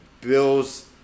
Bills